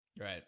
right